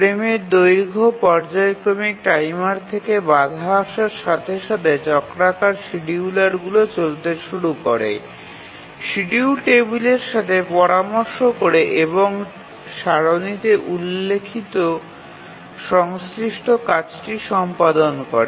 ফ্রেমের দৈর্ঘ্য পর্যায়ক্রমিক টাইমার থেকে বাধা আসার সাথে সাথে চক্রাকার শিডিউলারগুলি চলতে শুরু করে শিডিউল টেবিলের সাথে পরামর্শ করে এবং সারণীতে উল্লিখিত সংশ্লিষ্ট কাজটি সম্পাদন করে